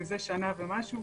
ומזה שנה ומשהו.